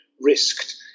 risked